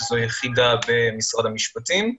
שזו יחידה במשרד המשפטים.